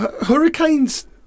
Hurricanes